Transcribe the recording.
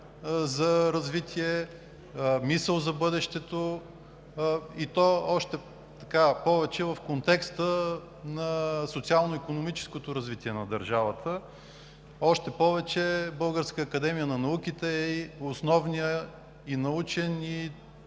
за развитие, мисъл за бъдещето в контекста на социално-икономическото развитие на държавата, още повече че Българската академия на науките е основният духовен